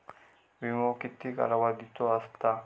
विमो किती कालावधीचो असता?